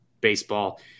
baseball